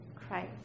Christ